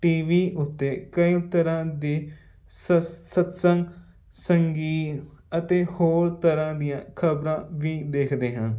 TV ਉੱਤੇ ਕਈ ਤਰ੍ਹਾਂ ਦੇ ਸਤ ਸਤਿਸੰਗ ਸੰਗੀ ਅਤੇ ਹੋਰ ਤਰ੍ਹਾਂ ਦੀਆਂ ਖਬਰਾਂ ਵੀ ਦੇਖਦੇ ਹਾਂ